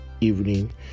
evening